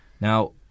Now